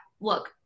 look